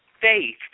faith